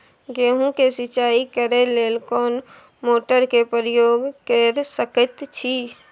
गेहूं के सिंचाई करे लेल कोन मोटर के प्रयोग कैर सकेत छी?